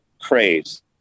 craze